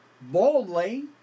boldly